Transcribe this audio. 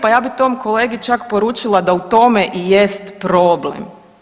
Pa ja bi tom kolegi čak poručila da u tome i jest problem.